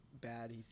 bad